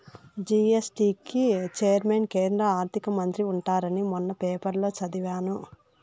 GST కి chairman కేంద్ర ఆర్థిక మంత్రి ఉంటారని మొన్న పేపర్లో చదివాను